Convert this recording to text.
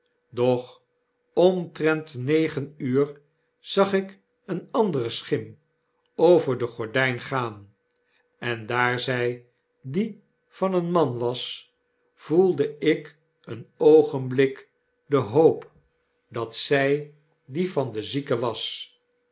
doch omtrent negen uur zag ik eene andere schim over de gordyn gaan en daar zy die van een man was voedde ik een oogenblik de hoop dat zy die van den zieke was